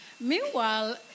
Meanwhile